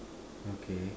okay